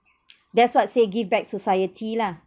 that's what say give back society lah